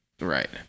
Right